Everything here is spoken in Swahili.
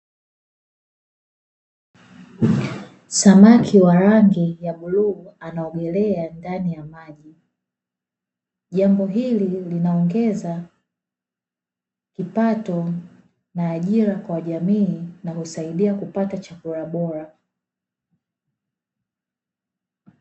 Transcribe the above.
Samaki wa rangi ya bluu anaogelea ndani ya maji , jambo hili linaongeza kipato na ajira kwa jamii na husaidia kupata chakula bora.